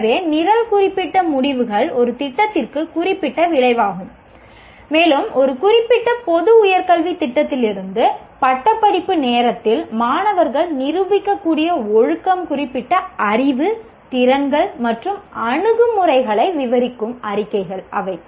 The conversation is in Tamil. எனவே நிரல் குறிப்பிட்ட முடிவுகள் ஒரு திட்டத்திற்கு குறிப்பிட்ட விளைவுகளாகும் மேலும் ஒரு குறிப்பிட்ட பொது உயர் கல்வித் திட்டத்திலிருந்து பட்டப்படிப்பு நேரத்தில் மாணவர்கள் நிரூபிக்கக்கூடிய ஒழுக்கம் குறிப்பிட்ட அறிவு திறன்கள் மற்றும் அணுகுமுறைகளை விவரிக்கும் அறிக்கைகள் அவை